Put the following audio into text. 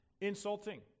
insulting